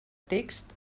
text